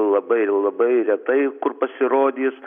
labai labai retai kur pasirodys